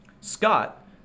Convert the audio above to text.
Scott